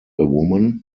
woman